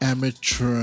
Amateur